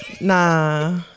Nah